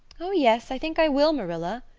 oh, yes, i think i will, marilla,